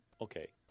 okay